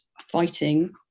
fighting